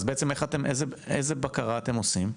אז בעצם איזו בקרה אתם עושים?